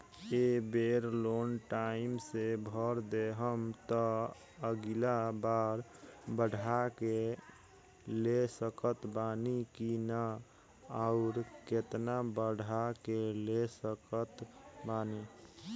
ए बेर loan time से भर देहम त अगिला बार बढ़ा के ले सकत बानी की न आउर केतना बढ़ा के ले सकत बानी?